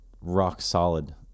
rock-solid